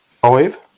five